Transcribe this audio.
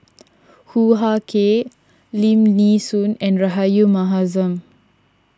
Hoo Ah Kay Lim Nee Soon and Rahayu Mahzam